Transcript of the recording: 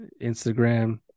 Instagram